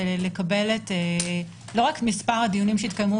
לקבל לא רק את מספר הדיונים שהתקיימו